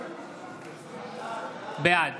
בעד